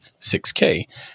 6K